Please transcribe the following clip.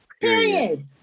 Period